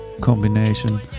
combination